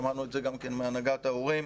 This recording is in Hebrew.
שמענו את זה גם מהנהגת ההורים,